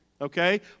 okay